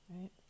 right